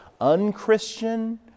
unchristian